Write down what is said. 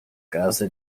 casa